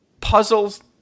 puzzles